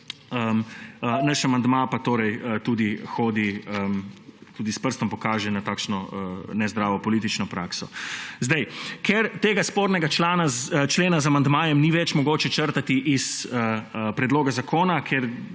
Naš amandma pa torej tudi s prstom pokaže na takšno nezdravo politično prakso. Ker tega spornega člena z amandmajem ni več mogoče črtati iz predloga zakona,